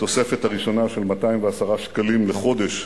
התוספת הראשונה, של 210 שקלים לחודש,